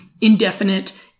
indefinite